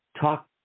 talk